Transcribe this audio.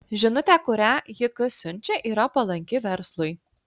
žinutė kurią jk siunčia yra palanki verslui